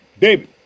David